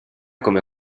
come